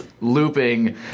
looping